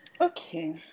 okay